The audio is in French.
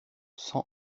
sang